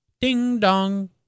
Ding-dong